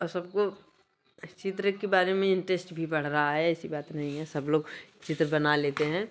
और सबको चित्र के बारे में इंटेस्ट भी बढ़ रहा है ऐसी बात नहीं है सब लोग चित्र बना लेते हैं